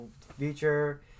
future